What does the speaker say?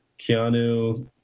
Keanu